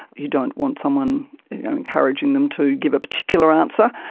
you don't want someone encouraging them to give a particular answer.